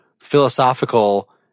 philosophical